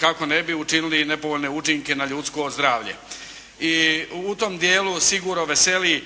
kako ne bi učinili nepovoljne učinke na ljudsko zdravlje. I u tom dijelu sigurno veseli